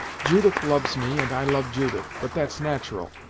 judith loves me, and i love judith but that's natural,